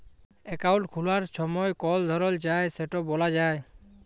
account খুলার ছময় কল ধরল চায় সেট ব্যলা যায়